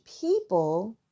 people